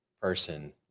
person